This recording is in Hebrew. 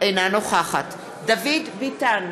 אינה נוכחת דוד ביטן,